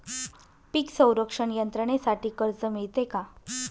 पीक संरक्षण यंत्रणेसाठी कर्ज मिळते का?